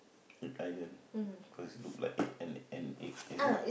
the island because look like egg look like an an egg is it